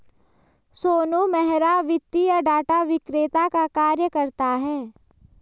सोनू मेहरा वित्तीय डाटा विक्रेता का कार्य करता है